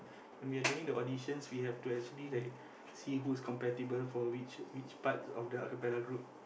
when we are doing the auditions we have to actually like see who's compatible for which which part of the acapella group